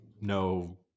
No